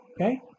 Okay